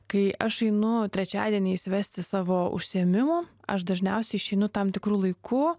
kai aš einu trečiadieniais vesti savo užsiėmimo aš dažniausiai išeinu tam tikru laiku